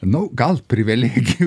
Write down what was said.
nu gal privilegijų